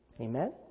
Amen